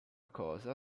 cosa